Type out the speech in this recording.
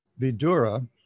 Vidura